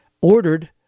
ordered